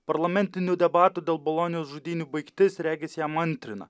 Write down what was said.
parlamentinių debatų dėl bolonijos žudynių baigtis regis jam antrina